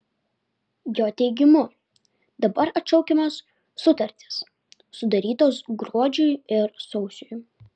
jo teigimu dabar atšaukiamos sutartys sudarytos gruodžiui ir sausiui